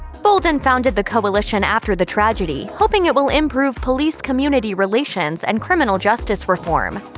boldin founded the coalition after the tragedy, hoping it will improve police community relations and criminal justice reform.